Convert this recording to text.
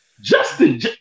Justin